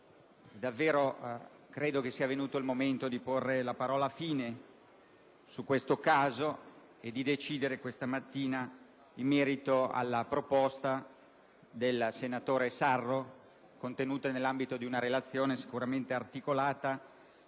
davvero credo sia venuto il momento di porre la parola fine su questo caso e di decidere questa mattina in merito alla proposta del senatore Sarro, contenuta nell'ambito di una relazione sicuramente articolata